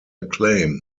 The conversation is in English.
acclaim